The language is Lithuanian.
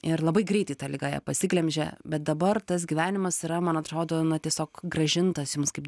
ir labai greitai ta liga ją pasiglemžė bet dabar tas gyvenimas yra man atrodo na tiesiog grąžintas jums kaip